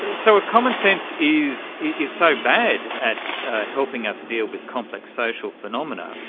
ah so if commonsense is is so bad at helping us deal with complex social phenomena,